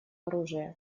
оружия